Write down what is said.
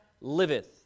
liveth